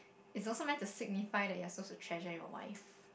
it's also meant to signify that you're suppose to treasure your wife